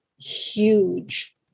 huge